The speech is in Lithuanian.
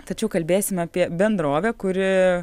tačiau kalbėsim apie bendrovę kuri